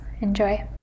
Enjoy